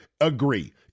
agree